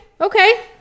Okay